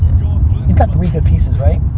you got three good pieces, right?